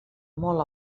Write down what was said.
molt